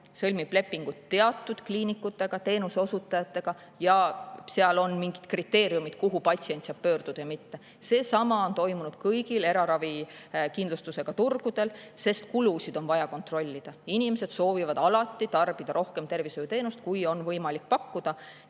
sõlmib lepingud teatud kliinikutega, teenuseosutajatega ja seal on mingid kriteeriumid, et kuhu patsient saab pöörduda. Seesama on toimunud kõigil eraravikindlustusega turgudel, sest kulusid on vaja kontrollida, inimesed soovivad alati tarbida rohkem tervishoiuteenust, kui on võimalik pakkuda.